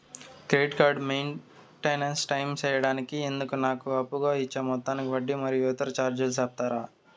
Credit card maintain time సేయడానికి ఇందుకు నాకు అప్పుగా ఇచ్చే మొత్తానికి వడ్డీ మరియు ఇతర చార్జీలు సెప్తారా?